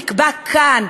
זה נקבע כאן,